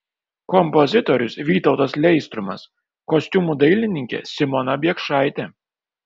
kompozitorius vytautas leistrumas kostiumų dailininkė simona biekšaitė